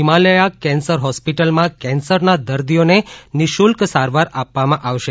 Himalaya cancer hospital માં કેન્સરના દર્દીઓને નિશુલ્ક સારવાર આપવા આવશે